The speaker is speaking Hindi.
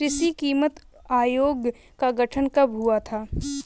कृषि कीमत आयोग का गठन कब हुआ था?